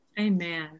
Amen